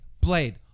blade